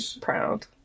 proud